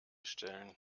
stellen